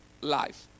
life